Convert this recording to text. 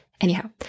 Anyhow